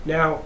Now